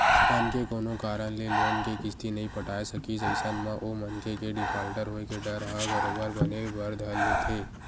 मनखे कोनो कारन ले लोन के किस्ती नइ पटाय सकिस अइसन म ओ मनखे के डिफाल्टर होय के डर ह बरोबर बने बर धर लेथे